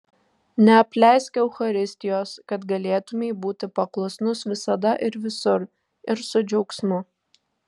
neapleisk eucharistijos kad galėtumei būti paklusnus visada ir visur ir su džiaugsmu